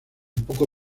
poco